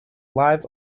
live